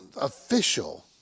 official